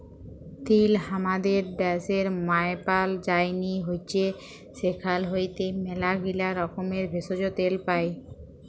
তিল হামাদের ড্যাশের মায়পাল যায়নি হৈচ্যে সেখাল হইতে ম্যালাগীলা রকমের ভেষজ, তেল পাই